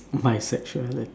my sexuality